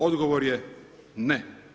Odgovor je ne.